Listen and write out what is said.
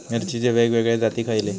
मिरचीचे वेगवेगळे जाती खयले?